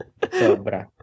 sobra